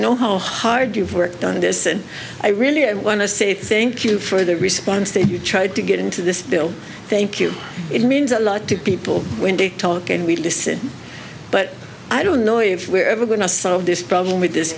know how hard you've worked on this and i really want to say think you for the response that you tried to get into this bill thank you it means a lot to people when they talk and we listen but i don't know if we're ever going to solve this problem with this